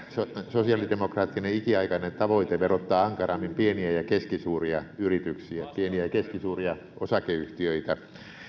sosiaalidemokraattinen ikiaikainen tavoite verottaa ankarammin pieniä ja ja keskisuuria yrityksiä ja pieniä ja keskisuuria osakeyhtiöitä